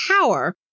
power